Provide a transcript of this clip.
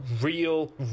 real